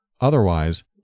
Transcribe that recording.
Otherwise